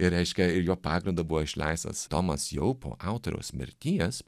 ir reiškia ir jo pagrindu buvo išleistas tomas jau po autoriaus mirties